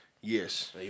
yes